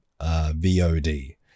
VOD